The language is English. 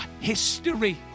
history